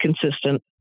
consistent